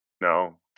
No